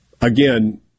Again